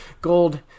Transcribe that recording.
gold